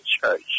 church